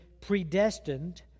predestined